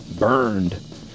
burned